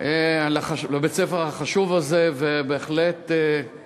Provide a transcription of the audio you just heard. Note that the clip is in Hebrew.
חוק ומשפט להכנתה לקריאה ראשונה.